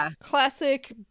classic